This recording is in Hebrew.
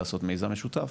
לעשות מיזם משותף,